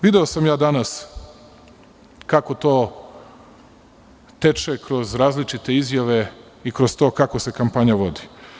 Video sam danas kako to teče kroz različite izjave i kroz to kakva se kampanja vodi.